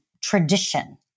tradition